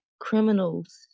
criminals